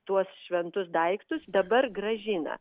tuos šventus daiktus dabar grąžina